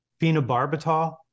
phenobarbital